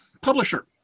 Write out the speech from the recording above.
publisher